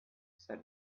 said